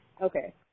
Okay